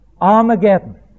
Armageddon